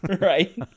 Right